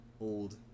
old